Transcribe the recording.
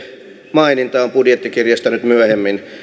maininta on budjettikirjasta nyt myöhemmin